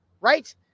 right